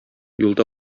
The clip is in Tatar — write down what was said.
юлда